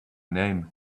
name